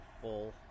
full